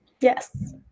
yes